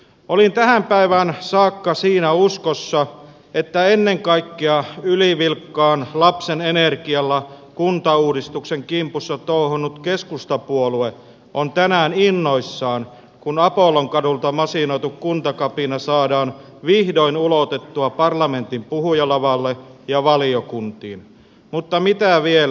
olin tähän päivään saakka siinä uskossa että ennen kaikkea ylivilkkaan lapsen energialla kuntauudistuksen kimpussa touhunnut keskustapuolue on tänään innoissaan kun apollonkadulta masinoitu kuntakapina saadaan vihdoin ulotettua parlamentin puhujalavalle ja valiokuntiin mutta mitä vielä